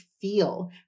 feel